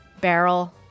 barrel